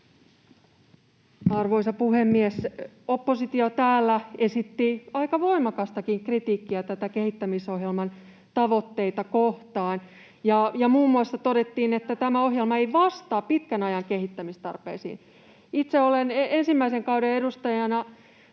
Arvoisa puhemies! Oppositio esitti täällä aika voimakastakin kritiikkiä näitä kehittämisohjelman tavoitteita kohtaan. Todettiin muun muassa, että tämä ohjelma ei vastaa pitkän ajan kehittämistarpeisiin. Itse olen ensimmäisen kauden edustajana